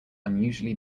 unusually